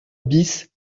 bis